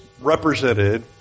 represented